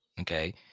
okay